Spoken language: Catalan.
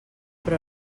però